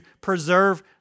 preserve